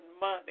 money